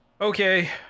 okay